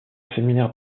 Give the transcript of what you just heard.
séminaire